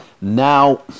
Now